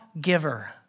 giver